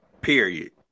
period